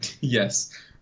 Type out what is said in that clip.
yes